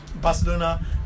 Barcelona